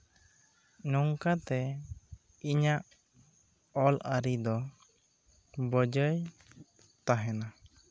ᱱᱚᱝᱠᱟᱛᱮ ᱤᱧᱟᱜ ᱚᱞ ᱟᱨᱤ ᱫᱚ ᱵᱟᱹᱡᱟᱹᱭ ᱛᱟᱦᱮᱸᱱᱟ